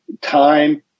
time